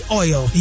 oil